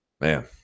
man